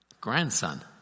grandson